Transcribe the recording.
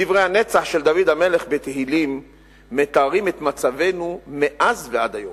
דברי הנצח של דוד המלך בתהילים מתארים את מצבנו מאז ועד היום: